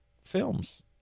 films